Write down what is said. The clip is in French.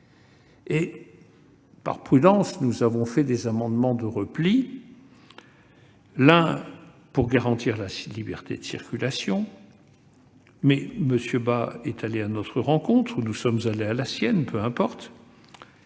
Par prudence, nous avions également déposé des amendements de repli, l'un pour garantir la liberté de circulation- sur ce point, M. Bas est allé à notre rencontre ou nous sommes allés à la sienne, peu importe